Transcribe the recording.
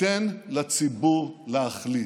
תן לציבור להחליט.